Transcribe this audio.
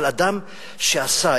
אדם שעשה,